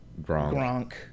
Gronk